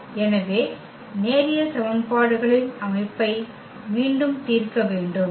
எனவே நேரியல் சமன்பாடுகளின் அமைப்பை மீண்டும் தீர்க்க வேண்டும்